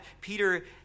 Peter